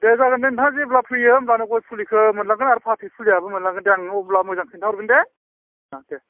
दे जागोन दे नोंथाङा जेब्ला फैयो होमब्लानो गय फुलिखौ मोनलांगोन आरो फाथै फुलियाबो मोनलांगोन दे आं नोंनो अब्ला मोजाङै खोन्था हरगोन दे ओ दे